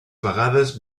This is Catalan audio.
vegades